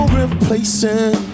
replacing